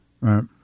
right